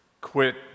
quit